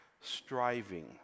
striving